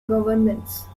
governments